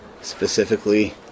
specifically